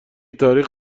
تاریخ